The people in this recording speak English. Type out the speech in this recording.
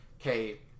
okay